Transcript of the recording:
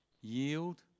yield